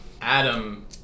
Adam